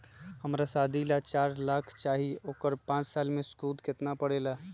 हमरा शादी ला चार लाख चाहि उकर पाँच साल मे सूद कितना परेला?